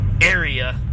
area